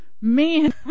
man